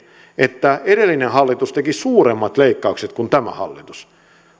että edellinen hallitus teki suuremmat leikkaukset kuin tämä hallitus